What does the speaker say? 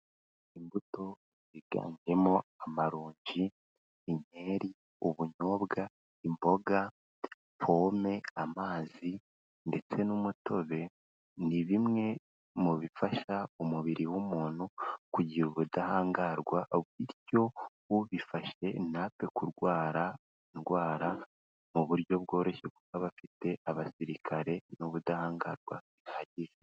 Imbuto ziganjemo amaronji, inkeri, ubunyobwa, imboga, pome, amazi ndetse n'umutobe, ni bimwe mu bifasha umubiri w'umuntu kugira ubudahangarwa bityo ubifashe ntapfe kurwara indwara mu buryo bworoshye, kuko bafite abasirikare n'ubudahangarwa bihagije.